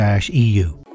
eu